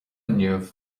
inniu